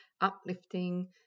uplifting